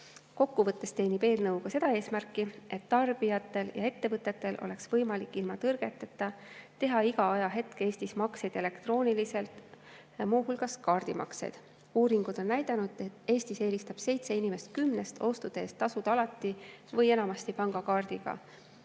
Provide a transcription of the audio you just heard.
Kokkuvõttes teenib eelnõu ka seda eesmärki, et tarbijatel ja ettevõtetel oleks võimalik ilma tõrgeteta teha iga hetk Eestis elektroonilisi makseid, muu hulgas kaardimakseid. Uuringud on näidanud, et Eestis eelistab seitse inimest kümnest ostude eest tasuda alati või enamasti pangakaardiga.